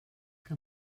que